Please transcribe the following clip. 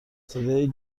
صدای